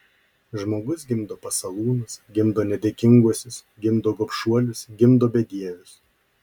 žmogus gimdo pasalūnus gimdo nedėkinguosius gimdo gobšuolius gimdo bedievius